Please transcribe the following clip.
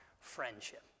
friendship